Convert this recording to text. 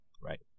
Right